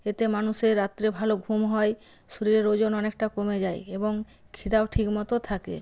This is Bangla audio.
এতে মানুষের রাত্রে ভালো ঘুম হয় শরীরের ওজন অনেকটা কমে যায় এবং খিদেও ঠিক মতো থাকে